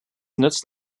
nützt